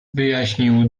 wyjaśnił